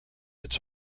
its